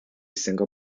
single